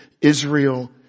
Israel